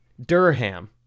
Durham